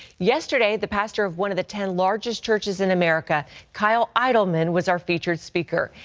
yesterday the pastor of one of the ten largest churches in america kyle idleman was our featured speaker.